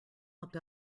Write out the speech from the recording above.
looked